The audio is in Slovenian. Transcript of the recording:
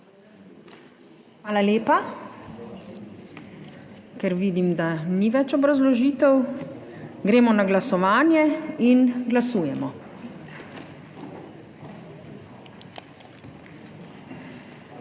Hvala lepa. Ker vidim, da ni več obrazložitev, gremo na glasovanje. Glasujemo. 83 poslank